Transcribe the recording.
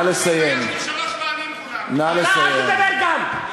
התביישתי שלוש פעמים, אתה אל תדבר גם.